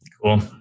Cool